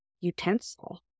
utensil